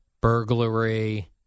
burglary